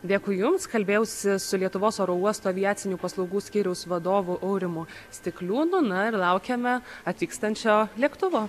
dėkui jums kalbėjausi su lietuvos oro uostų aviacinių paslaugų skyriaus vadovu aurimu stikliūnu na ir laukiame atvykstančio lėktuvo